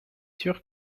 sûr